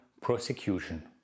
prosecution